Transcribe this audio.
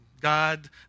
God